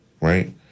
right